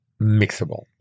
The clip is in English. mixable